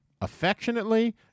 affectionately